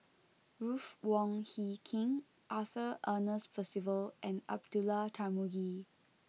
Ruth Wong Hie King Arthur Ernest Percival and Abdullah Tarmugi